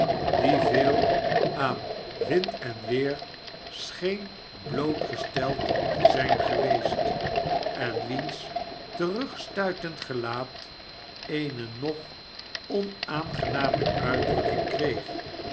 die veel aan wind en weer scheen blootgesteld te zijn geweest en wiens terugstuitend gelaat eene nog onaangenamer uitdrukking kreeg